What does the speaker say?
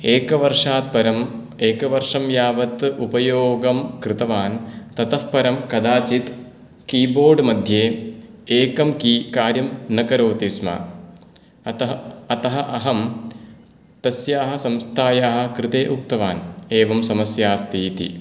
एकवर्षात् परम् एकवर्षं यावत् उपयोगं कृतवान् ततः परं कदाचित् कीबोर्ड् मध्ये एकं की कार्यं न करोति स्म अतः अतः अहं तस्याः संस्थायाः कृते उक्तवान् एवं समस्या अस्ति इति